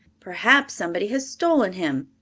perhaps somebody has stolen him,